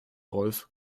rolf